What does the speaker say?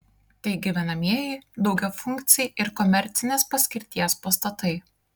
tai gyvenamieji daugiafunkciai ir komercinės paskirties pastatai